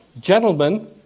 gentlemen